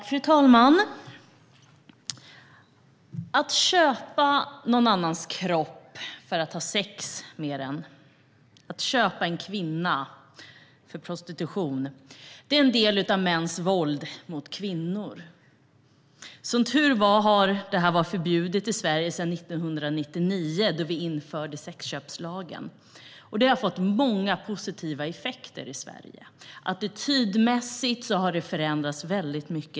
Fru talman! Att köpa någon annans kropp för att ha sex med den, att köpa en kvinna för prostitution, är en del av mäns våld mot kvinnor. Som tur är har det varit förbjudet i Sverige sedan 1999, då vi införde sexköpslagen. Det har fått många positiva effekter i Sverige. Attitydmässigt har det förändrats väldigt mycket.